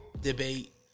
Debate